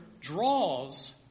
draws